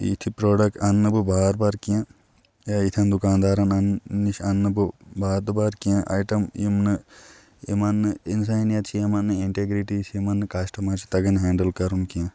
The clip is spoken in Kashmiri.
یِتھِ پرٛوڈَکٹ اَنٛنہٕ بہٕ بار بار کیٚنٛہہ یا یِتھٮ۪ن دُکاندارَنَن نِش اَننہٕ بہٕ بار دُبارٕ کیٚنٛہہ آیٹَم یِم نہٕ یِمَن نہٕ اِنسٲنیَِت چھِ یِمَن نہٕ اِنٹیگرِٹی چھِ یِمَن نہٕ کَسٹٕمَر چھِ تَگان ہٮ۪نٛڈٕل کَرُن کیٚنٛہہ